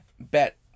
bet